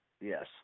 Yes